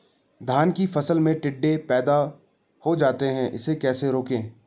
धान की फसल में टिड्डे पैदा हो जाते हैं इसे कैसे रोकें?